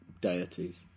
deities